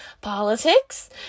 politics